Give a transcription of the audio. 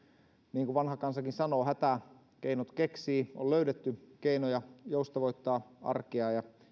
niin kuin vanha kansakin sanoo hätä keinot keksii on löydetty keinoja joustavoittaa arkea ja